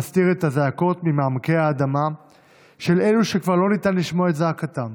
שמסתיר את הזעקות ממעמקי האדמה של אלו שכבר לא ניתן לשמוע את זעקתם,